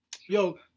yo